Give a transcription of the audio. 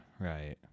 right